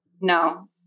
No